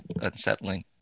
unsettling